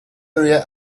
area